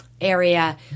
area